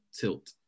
tilt